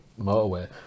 motorway